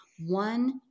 One